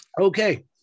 Okay